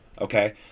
okay